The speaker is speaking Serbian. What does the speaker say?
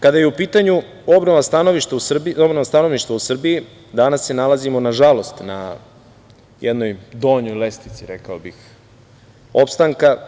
Kada je u pitanju obnova stanovništva u Srbiji, danas se nalazimo, nažalost, na jednoj donjoj lestvici, rekao bih, opstanka.